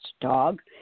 dog